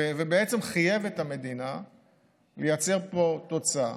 ובעצם חייב את המדינה לייצר פה תוצאה.